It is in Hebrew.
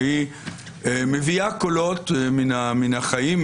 והיא מביאה קולות מין החיים,